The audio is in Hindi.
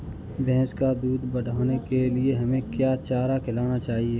भैंस का दूध बढ़ाने के लिए हमें क्या चारा खिलाना चाहिए?